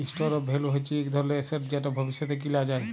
store of value হচ্যে ইক ধরলের এসেট যেট ভবিষ্যতে কিলা যায়